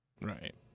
Right